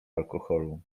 alkoholu